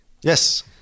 Yes